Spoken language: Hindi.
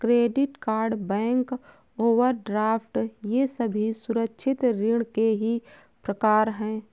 क्रेडिट कार्ड बैंक ओवरड्राफ्ट ये सभी असुरक्षित ऋण के ही प्रकार है